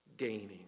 gaining